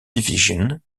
division